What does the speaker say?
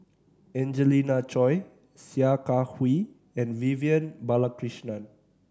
Angelina Choy Sia Kah Hui and Vivian Balakrishnan